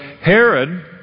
Herod